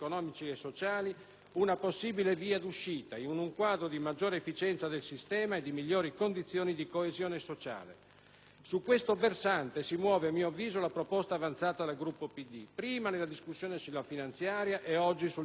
una possibile via d'uscita, in un quadro di maggiore efficienza del sistema e di migliori condizioni di coesione sociale. Su questo versante si muove, a mio avviso, la proposta avanzata dal Gruppo PD, prima nella discussione sulla finanziaria e oggi sul decreto anticrisi.